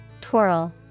twirl